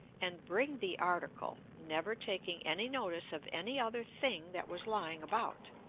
and bring the article, never taking any notice of any other thing that was lying about.